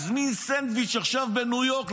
הזמין סנדוויץ' עכשיו בניו יורק,